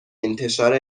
انتشار